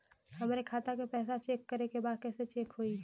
हमरे खाता के पैसा चेक करें बा कैसे चेक होई?